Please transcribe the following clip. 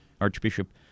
Archbishop